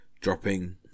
dropping